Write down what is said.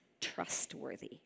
trustworthy